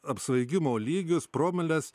apsvaigimo lygius promiles